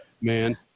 man